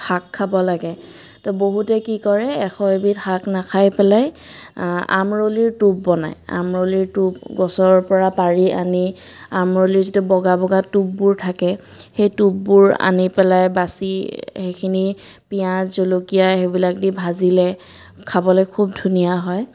শাক খাব লাগে তো বহুতে কি কৰে এশ এবিধ শাক নাখাই পেলাই আমৰলিৰ টোপ বনায় আমৰলিৰ টোপ গছৰ পৰা পাৰি আনি আমৰলিৰ যিটো বগা বগা টোপবোৰ থাকে সেই টোপবোৰ আনি পেলাই বাছি সেইখিনি পিঁয়াজ জলকীয়া সেইবিলাক দি ভাজিলে খাবলৈ খুব ধুনীয়া হয়